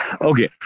Okay